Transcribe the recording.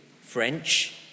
French